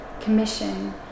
commission